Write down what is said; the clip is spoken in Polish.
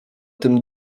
tym